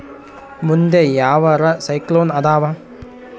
ಮುಂದೆ ಯಾವರ ಸೈಕ್ಲೋನ್ ಅದಾವ?